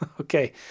okay